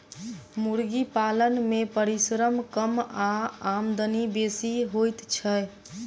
मुर्गी पालन मे परिश्रम कम आ आमदनी बेसी होइत छै